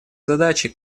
задачи